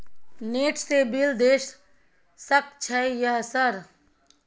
Net से bill देश सक छै यह सर?